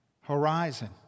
horizon